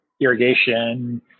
irrigation